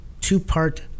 two-part